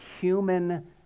human